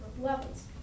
levels